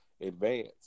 advance